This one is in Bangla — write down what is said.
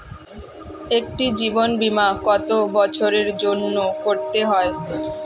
একটি জীবন বীমা কত বছরের জন্য করতে হয়?